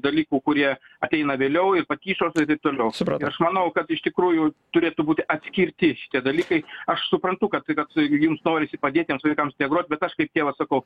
dalykų kurie ateina vėliau ir patyčios ir taip toliau supratau aš manau kad iš tikrųjų turėtų būti atskirti šitie dalykai aš suprantu kad tai kad jums norisi padėti vaikams integruot bet aš kaip tėvas sakau